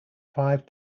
five